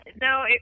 no